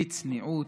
בצניעות,